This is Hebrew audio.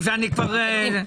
אתה מעקר מתוכן.